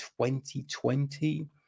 2020